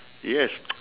yes